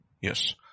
yes